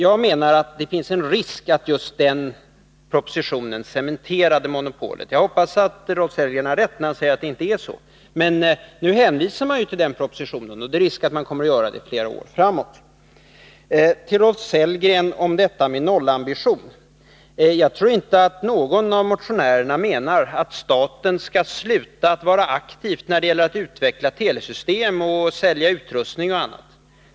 Jag menar att det finns en risk att just den propositionen cementerade monopolet. Jag hoppas att Rolf Sellgren har rätt när han säger att det inte är så, men nu hänvisar man ju till den propositionen, och det är risk att man kommer att göra det flera år framåt. Till Rolf Sellgren vill jag om detta med nollambition säga: Jag tror inte att någon av motionärerna menar att staten skall sluta att vara aktiv när det gäller att utveckla telesystem och sälja utrustning och annat.